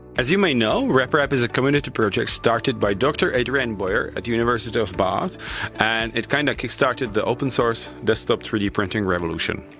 as you may know, reprap is a community project started by doctor adrian bowyer at the university of bath and it kinda kickstarted the open-source desktop three d printing revolution.